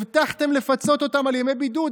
הבטחתם לפצות אותם על ימי בידוד.